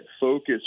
focus